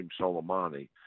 Soleimani